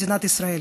מדינת ישראל.